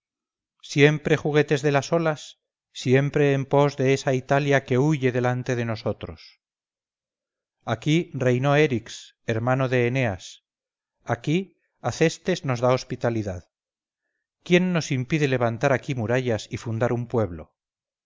siempre juguetes de las olas siempre en pos de esa italia que huye delante de nosotros aquí reinó erix hermano de eneas aquí acestes nos da hospitalidad quién nos impide levantar aquí murallas y fundar un pueblo